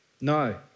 No